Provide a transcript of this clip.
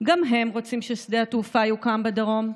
גם הם רוצים ששדה התעופה יוקם בדרום.